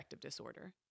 disorder